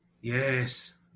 Yes